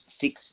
six